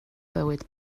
bywyd